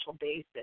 basis